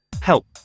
Help